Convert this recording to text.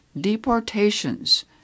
deportations